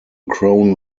crown